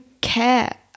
care